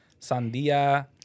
sandia